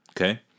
okay